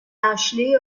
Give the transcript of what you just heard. ashley